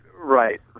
Right